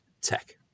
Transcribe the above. Tech